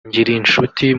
ngirinshuti